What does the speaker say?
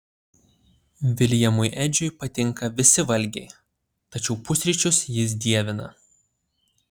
viljamui edžiui patinka visi valgiai tačiau pusryčius jis dievina